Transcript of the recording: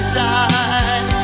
die